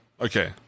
Okay